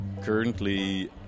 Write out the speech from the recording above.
currently